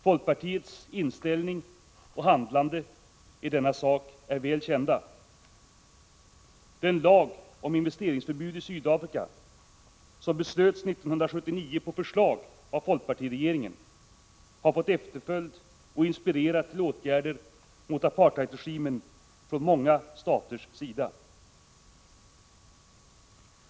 Folkpartiets inställning och handlande i denna sak är väl kända. Den lag om investeringsförbud i Sydafrika som beslöts 1979 på förslag av folkpartiregeringen har fått efterföljd och inspirerat till åtgärder mot apartheidregimen från många staters sida.